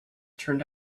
turned